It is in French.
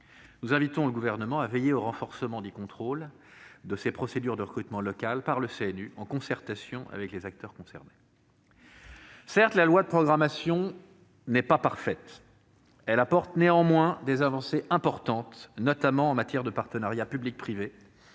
Nous invitons le Gouvernement à veiller au renforcement du contrôle des procédures de recrutement local par le CNU, en concertation avec les acteurs concernés. Certes, le projet de loi de programmation n'est pas parfait, néanmoins il apporte des avancées importantes, notamment en matière de partenariats public-privé,